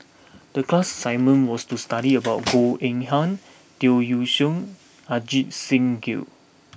the class assignment was to study about Goh Eng Han Tan Yeok Seong Ajit Singh Gill